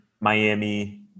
Miami